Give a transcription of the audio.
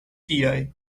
tiaj